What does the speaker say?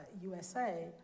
USA